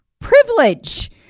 privilege